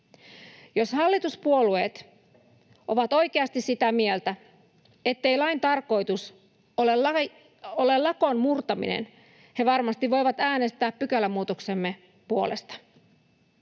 Jos hallituspuolueet ovat oikeasti sitä mieltä, ettei lain tarkoitus ole lakon murtaminen, he varmasti voivat äänestää pykälämuutoksemme puolesta.